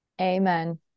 Amen